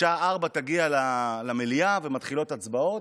בשעה 16:00 תגיע למליאה ומתחילות הצבעות.